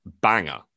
banger